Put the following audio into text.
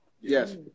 Yes